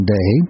Day